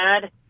dad